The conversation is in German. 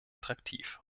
attraktiv